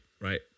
right